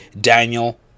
Daniel